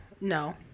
no